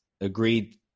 agreed